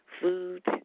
food